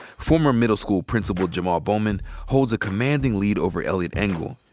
former middle school principal jamaal bowman holds a commanding lead over eliot engel,